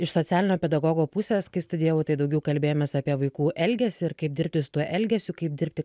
iš socialinio pedagogo pusės kai studijavau tai daugiau kalbėjomės apie vaikų elgesį ir kaip dirbti su tuo elgesiu kaip dirbti